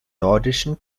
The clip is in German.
nordischen